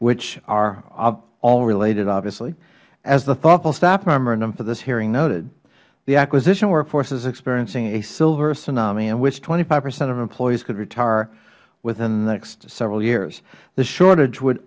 which are all related obviously as the thoughtful staff memorandum for this hearing noted the acquisition workforce is experiencing a silver tsunami in which twenty five percent of employees could retire within the next several years the shortage would